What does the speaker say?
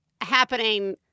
happening